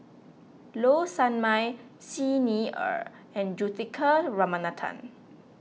Low Sanmay Xi Ni Er and Juthika Ramanathan